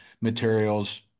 materials